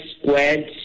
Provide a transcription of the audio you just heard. squared